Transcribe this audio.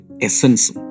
essence